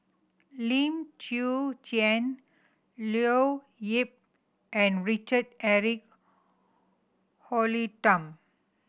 Lim Chwee Chian Leo Yip and Richard Eric